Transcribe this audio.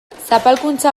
zapalkuntza